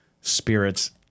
spirits